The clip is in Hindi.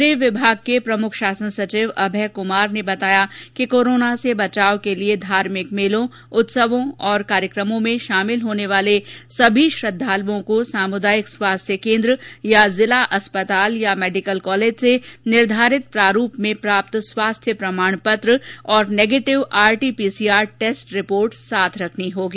गृह विभाग के प्रमुख शासन सचिव अभय क्मार ने बताया कि कोरोना से बचाव के लिये धार्मिक मेलो उत्सवों और कार्यकर्मो में शामिल होने वाले सभी श्रद्वालुओं को सामुदायिक स्वास्थ्य केन्द्र या जिला अस्पताल मेडिकल कॉलेज से निर्धारित प्रारूप में प्राप्त स्वास्थ्य प्रमाण पत्र और negative RT PCR test report साथ रखनी होगी